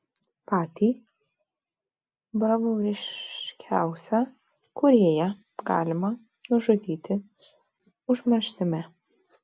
patį bravūriškiausią kūrėją galima nužudyti užmarštimi